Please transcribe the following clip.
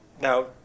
Now